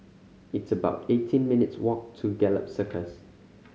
it's about eighteen minutes' walk to Gallop Circus